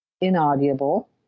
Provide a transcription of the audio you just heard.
inaudible